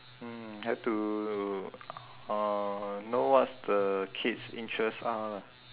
mm have to uh know what's the kid's interest are lah